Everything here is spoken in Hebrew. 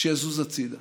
שיזוז הצידה.